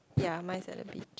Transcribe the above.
ya mine is at the beach